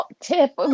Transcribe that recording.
Tip